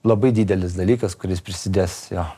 labai didelis dalykas kuris prisidės jo